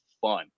fun